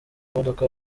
y’imodoka